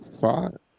Five